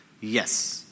Yes